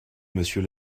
monsieur